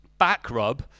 Backrub